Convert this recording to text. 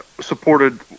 supported